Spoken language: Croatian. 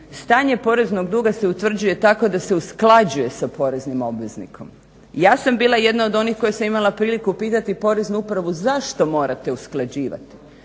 stanje poreznog duga se utvrđuje tako da se usklađuje s poreznim obveznikom. Ja sam bila jedna od onih koja sam imala priliku pitati poreznu upravu zašto morate usklađivati.